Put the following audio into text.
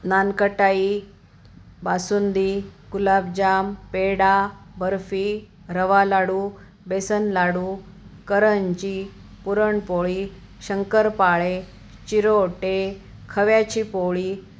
नानकटाई बासुंदी गुलाबजाम पेढा बर्फी रवा लाडू बेसन लाडू करंजी पुरणपोळी शंकरपाळे चिरोटे खव्याची पोळी